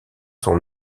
sont